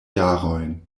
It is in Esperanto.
jarojn